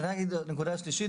אני רק אגיד את הנקודה השלישית,